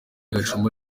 gashumba